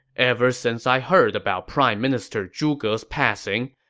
ever since i heard about prime minister zhuge's passing,